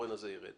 שהתורן הזה ירד.